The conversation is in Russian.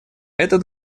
этот